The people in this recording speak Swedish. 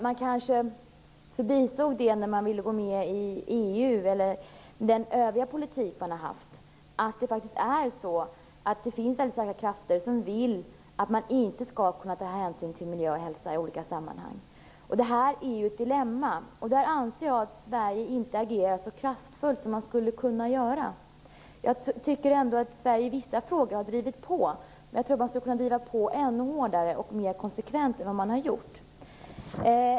Men i och med viljan att gå med i EU och den övriga politik som man har fört kanske man förbisåg att det finns väldigt starka krafter som vill att man inte skall kunna ta hänsyn till miljö och hälsa i olika sammanhang. Detta är ett dilemma. Jag anser inte att man från svensk sida agerar så kraftfullt som man skulle kunna göra. Jag tycker ändå att Sverige i vissa frågor har varit pådrivande, men jag tror att man skulle kunna driva på ännu hårdare och mer konsekvent än vad man har gjort.